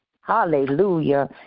Hallelujah